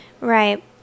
Right